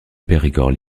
périgord